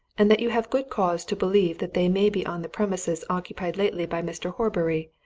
and that you have good cause to believe that they may be on the premises occupied lately by mr. horbury,